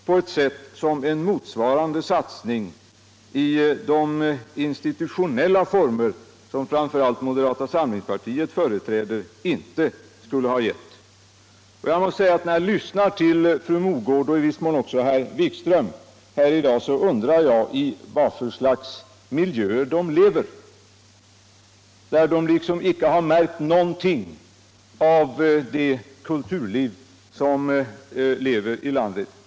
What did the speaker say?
på eu sätt som inte skulle ha blivit fallet med en motsvarande satsning i de institutionella former som framför allt moderata samlingspartiet företräder. När jag lyssnade till fru Mogård och i viss mån även till herr Wikström, undrade jag i vilka slags miljöer de lever. De har inte märkt någonting av kulturlivet i de miljöer där de lever.